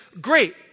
great